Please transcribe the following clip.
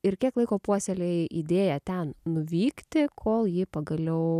ir kiek laiko puoselėjai idėją ten nuvykti kol ji pagaliau